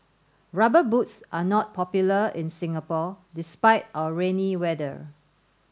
rubber boots are not popular in Singapore despite our rainy weather